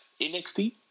NXT